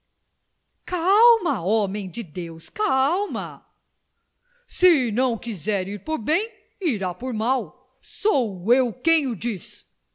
calma homem de deus calma se não quiser ir por bem ira por mal sou eu quem o diz